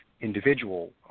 individual